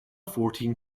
fourteen